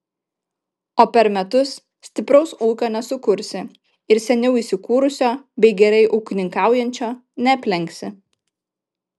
o per metus stipraus ūkio nesukursi ir seniau įsikūrusio bei gerai ūkininkaujančio neaplenksi